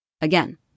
Again